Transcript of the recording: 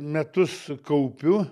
metus kaupiu